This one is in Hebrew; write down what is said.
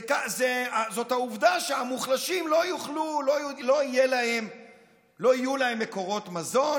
זה העובדה שהמוחלשים, לא יהיו להם מקורות מזון.